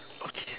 okay